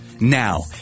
Now